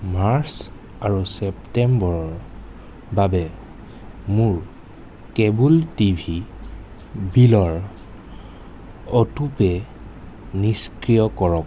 March আৰু ছেপ্টেম্বৰৰ বাবে মোৰ কেব'ল টিভি বিলৰ অটোপে' নিষ্ক্ৰিয় কৰক